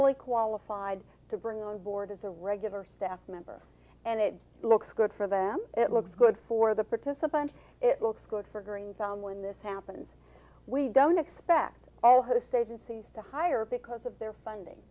fully qualified to bring on board as a regular staff member and it looks good for them it looks good for the participants it looks good for greentown when this happens we don't expect all host agencies to hire because of their funding